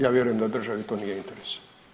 Ja vjerujem da državi to nije interes.